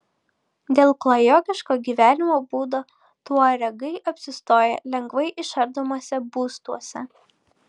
dėl klajokliško gyvenimo būdo tuaregai apsistoja lengvai išardomuose būstuose